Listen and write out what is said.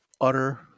utter